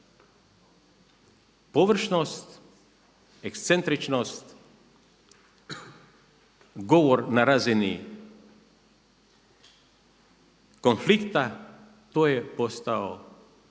Površnost, ekscentričnost, govor na razini konflikta, to je postao način